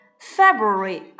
February